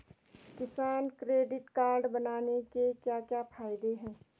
किसान credit card बनाने के क्या क्या फायदे हैं?